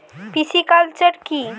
Pisciculture কি?